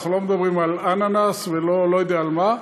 אנחנו לא מדברים על אננס ולא יודע על מה,